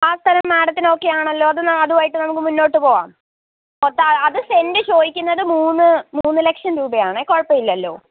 ആ സ്ഥലം മേഡത്തിന് ഓകെ ആണല്ലോ അത് അതുവായിട്ട് നമുക്ക് മുന്നോട്ട് പോവാം അപ്പോൾ അത് സെൻ്റ് ചോദിക്കുന്നത് മൂന്ന് മൂന്ന് ലക്ഷം രൂപയാണ് കുഴപ്പമില്ലല്ലോ